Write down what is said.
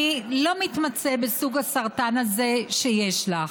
אני לא מתמצא בסוג הסרטן הזה שיש לך.